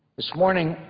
this morning,